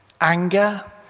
anger